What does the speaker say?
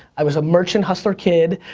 i was a merchant hustler kid.